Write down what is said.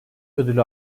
ödülü